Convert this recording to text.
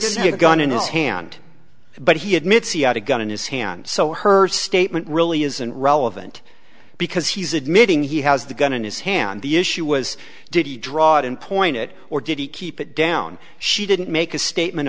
see a gun in his hand but he admits he had a gun in his hand so her statement really isn't relevant because he's admitting he has the gun in his hand the issue was did he draw it and point it or did he keep it down she didn't make a statement